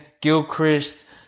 Gilchrist